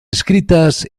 escritas